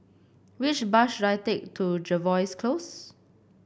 which bus should I take to Jervois Close